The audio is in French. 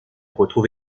retrouve